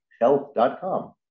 health.com